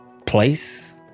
Place